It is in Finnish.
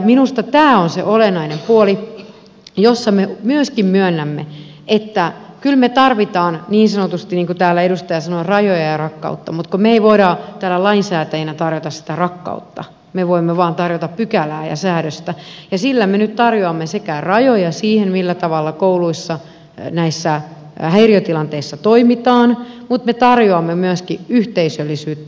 minusta tämä on se olennainen puoli jossa me myöskin myönnämme että kyllä me tarvitsemme niin sanotusti niin kuin täällä edustaja sanoi rajoja ja rakkautta mutta kun me emme voi täällä lainsäätäjinä tarjota sitä rakkautta me voimme tarjota vain pykälää ja säädöstä ja sillä me nyt tarjoamme rajoja siihen millä tavalla kouluissa näissä häiriötilanteissa toimitaan mutta me tarjoamme myöskin yhteisöllisyyttä